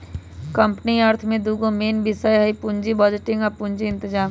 company अर्थ में दूगो मेन विषय हइ पुजी बजटिंग आ पूजी इतजाम